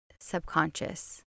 subconscious